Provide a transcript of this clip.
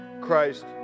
Christ